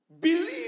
Believe